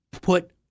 put